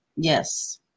Yes